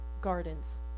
gardens